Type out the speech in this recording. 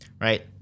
right